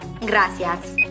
gracias